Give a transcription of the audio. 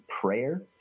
prayer